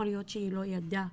יכול להיות שהיא לא ידעה